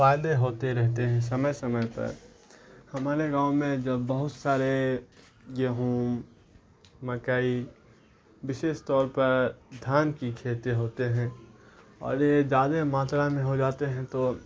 فائدے ہوتے رہتے ہیں سمے سمے پر ہمارے گاؤں میں جب بہت سارے گیہوں مکئی وشیش طور پر دھان کی کھیت ہوتے ہیں اور یہ زدہ ماترا میں ہو جاتے ہیں تو